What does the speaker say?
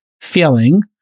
feeling